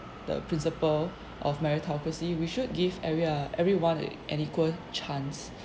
the principle of meritocracy we should give every~ everyone an equal chance